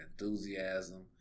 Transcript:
enthusiasm